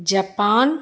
Japan